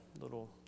little